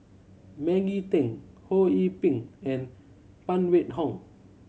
Maggie Teng Ho Yee Ping and Phan Wait Hong